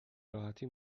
راحتی